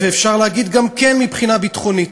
ואפשר להגיד גם כן מבחינה ביטחונית.